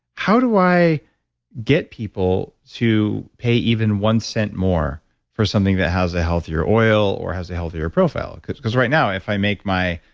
how do i get people to pay even one cent more for something that has a healthier oil or has a healthier profile, because because right now, if i make my